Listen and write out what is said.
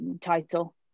title